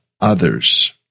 others